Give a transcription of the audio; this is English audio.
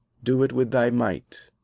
do it with thy might.